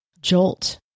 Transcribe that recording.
jolt